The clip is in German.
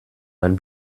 mein